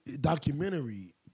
documentary